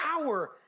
power